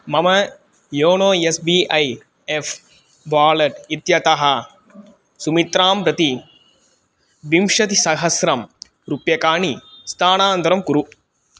मम योणो S B I F wallet इत्यतः सुमित्रां प्रति विंशतिसहस्रं रूप्यकाणि स्थानान्तरं कुरु